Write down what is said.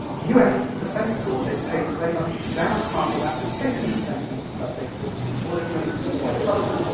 us defence law dictates they must down-sample that to fifty centimetres per pixel before they can release it to the wider public.